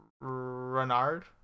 Renard